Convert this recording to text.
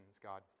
God